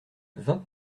vingt